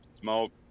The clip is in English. smoke